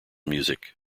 music